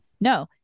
No